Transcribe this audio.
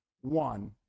One